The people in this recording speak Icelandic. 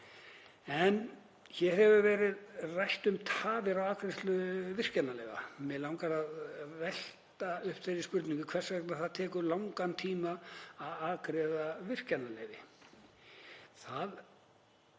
Hér hefur verið rætt um tafir á afgreiðslu virkjunarleyfa og mig langar að velta upp þeirri spurningu hvers vegna það tekur langan tíma að afgreiða virkjunarleyfi. Það